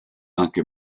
anche